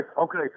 okay